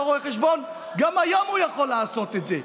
בתור רואה חשבון: גם היום הוא יכול לעשות את זה.